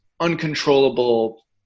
uncontrollable